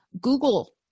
Google